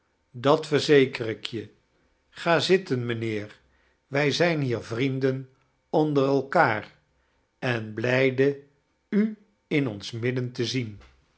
dat verzeker ik e ga zitten mijnheer wij zijn hie r vriemden onder elkaar en blijde u in ons midden te zien